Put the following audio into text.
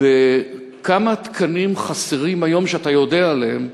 כמה תקנים חסרים היום, שאתה יודע עליהם,